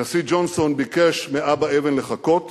הנשיא ג'ונסון ביקש מאבא אבן לחכות,